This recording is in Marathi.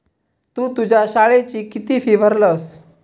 तु तुझ्या शाळेची किती फी भरलस?